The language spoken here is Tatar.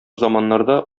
заманнарда